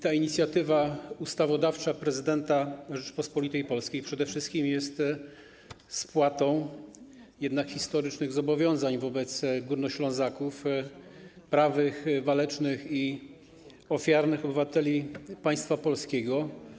Ta inicjatywa ustawodawcza prezydenta Rzeczypospolitej Polskiej przede wszystkim jest jednak spłatą historycznych zobowiązań wobec Górnoślązaków, prawych, walecznych i ofiarnych obywateli państwa polskiego.